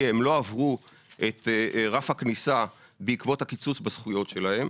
הם לא עברו את רף הכניסה בעקבות הקיצוץ בזכויות שלהם